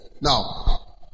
Now